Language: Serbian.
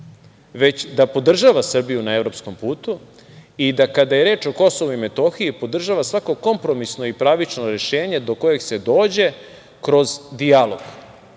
već da podržava Srbiju na evropskom putu i da kada je reč o KiM podržava svako kompromisno i pravično rešenje do kojeg se dođe kroz dijalog,